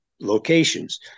locations